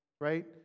right